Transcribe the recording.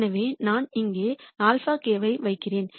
எனவே நான் இங்கே αk வைக்கிறேன்